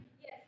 Yes